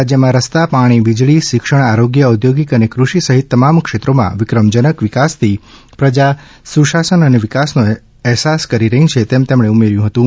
રાજયમાં રસ્તા પાણી વીજળી શિક્ષણ આરોગ્ય ઔદ્યોગિક અને ક્રષિ સહીત તમામ ક્ષેત્રોમાં વિક્રમજનક વિકાસથી પ્રજા સુશાસન અને વિકાસનો અહેસાસ કરે છે તેમ શ્રી પટેલે ઉમેર્થું હતું